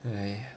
ah ya